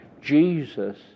Jesus